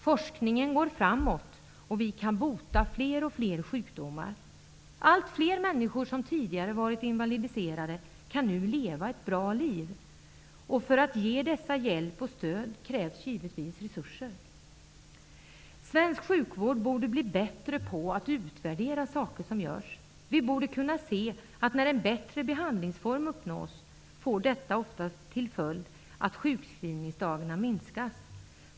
Forskningen går framåt, och vi kan bota fler och fler sjukdomar. Allt fler människor som tidigare varit invalidiserade kan nu leva ett bra liv. För att ge dessa hjälp och stöd krävs givetvis resurser. Svensk sjukvård borde bli bättre på att utvärdera vad som görs. Vi borde kunna se att när en bättre behandlingsform uppnås detta oftast får till följd att antalet sjukskrivningsdagar minskar.